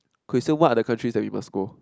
kay so what are the countries that we must go